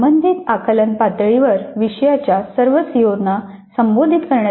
संबंधित आकलन पातळीवर विषयाच्या सर्व सीओना संबोधित करण्यासाठी साधने रचली पाहिजेत